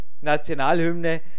Nationalhymne